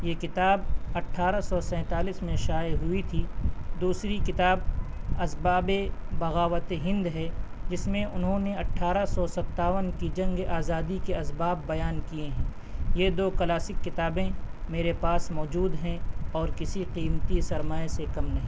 یہ کتاب اٹھارہ سو سینتالیس میں شائع ہوئی تھی دوسری کتاب اسباب بغاوت ہند ہے جس میں انہوں نے اٹھارہ سو ستاون کی جنگ آزادی کے اسباب بیان کئے ہیں یہ دو کلاسک کتابیں میرے پاس موجود ہیں اور کسی قیمتی سرمایے سے کم نہیں